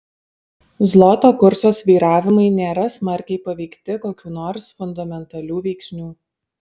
zloto kurso svyravimai nėra smarkiai paveikti kokių nors fundamentalių veiksnių